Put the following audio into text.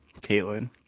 Caitlyn